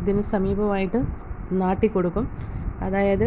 ഇതിന് സമീപം ആയിട്ട് നാട്ടി കൊടുക്കും അതായത്